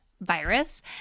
virus